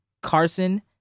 Carson